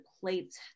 plates